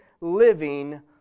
living